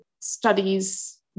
studies